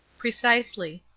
precisely.